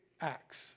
acts